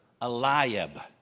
Eliab